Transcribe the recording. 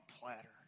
platter